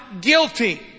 guilty